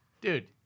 dude